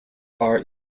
are